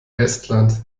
estland